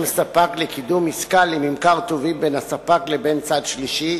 ספק לקידום עסקה לממכר טובין בין הספק לבין צד שלישי,